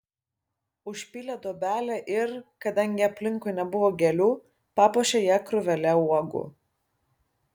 užpylė duobelę ir kadangi aplinkui nebuvo gėlių papuošė ją krūvele uogų